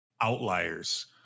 outliers